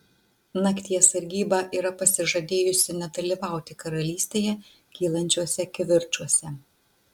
nakties sargyba yra pasižadėjusi nedalyvauti karalystėje kylančiuose kivirčuose